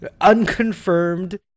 unconfirmed